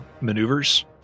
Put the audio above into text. maneuvers